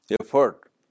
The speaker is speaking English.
effort